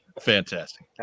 Fantastic